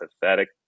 pathetic